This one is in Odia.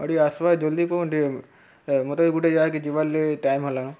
ହଉ ଟିକେ ଆସବା ଜଲ୍ଦି କରୁନ୍ ଟିକେ ମୋତେ ବି ଗୋଟେ ଜାଗାକେ ଯିବାର ଲାଗି ଟାଇମ୍ ହେଲାନ